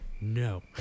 No